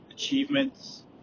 Achievements